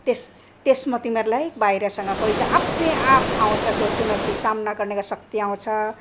त्यस त्यसमा तिमीहरूलाई बाहिरसँग कोही छ आप्ने आप आउँछ त्यो चुनौती सामना गर्नेको शक्ति आउँछ